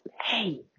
Hey